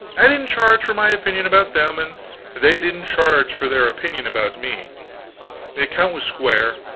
i didn't charge for my opinion about them, and they didn't charge for their opinion about me the account was square,